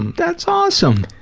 that's awesome!